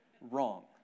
wrong